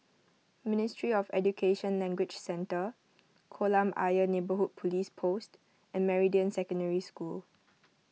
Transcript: Ministry of Education Language Centre Kolam Ayer Neighbourhood Police Post and Meridian Secondary School